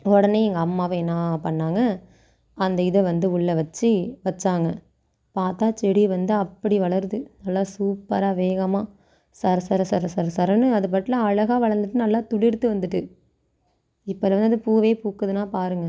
உடனே எங்கள் அம்மாவும் என்ன பண்ணாங்க அந்த இதை வந்து உள்ள வச்சு வச்சாங்க பார்த்தா செடி வந்து அப்படி வளருது நல்லா சூப்பராக வேகமாக சர சர சர சர சரன்னு அதுபாட்டில அழகா வளர்ந்துட்டு நல்லா துளிர்த்து வந்துட்டு இப்போ அது வந்து பூவே பூக்குதுன்னால் பாருங்கள்